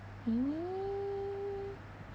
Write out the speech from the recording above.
oh